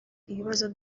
ibibazo